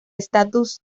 estatus